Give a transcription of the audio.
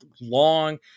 long